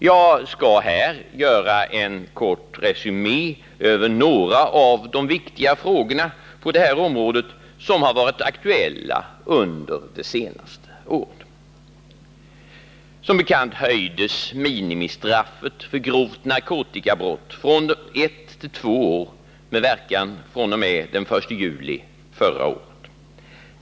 Jag skall här göra en kort resumé av några av de viktigare frågor på detta område som har varit aktuella under det senaste året. Som bekant höjdes minimistraffet för grovt narkotikabrott från ett till två år med verkan fr.o.m. den 1 juli förra året.